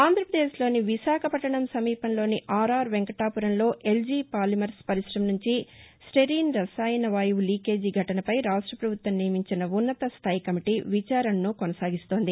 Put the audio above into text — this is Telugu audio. ఆంధ్రప్రదేశ్లోని విశాఖపట్లణం సమీపంలోని ఆర్ ఆర్ వెంకటాపురంలో ఎల్జీ పాలిమర్స్ పరిశమ నుంచి స్టైరీస్ రసాయన వాయుపు లీకేజీ ఘటనపై రాష్ట ప్రభుత్వం నియమించిన ఉన్నత స్థాయి కమిటీ విచారణసు కొనసాగిస్తోంది